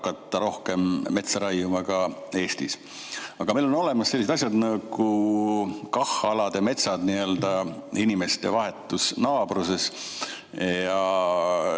tõttu rohkem metsa raiuma ka Eestis. Aga meil on olemas sellised asjad nagu KAH‑alade metsad inimeste vahetus naabruses,